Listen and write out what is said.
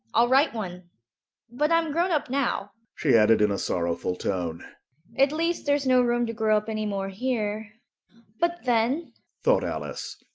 i'll write one but i'm grown up now she added in a sorrowful tone at least there's no room to grow up any more here but then thought alice,